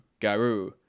Garu